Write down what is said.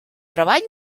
treball